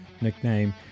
nickname